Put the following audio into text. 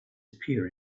appear